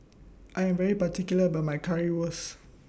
I Am very particular about My Currywurst